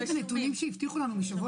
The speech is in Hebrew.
יש גם נתונים שהבטיחו לנו בשבוע שעבר.